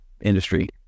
industry